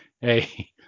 Hey